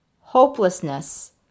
hopelessness